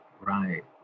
right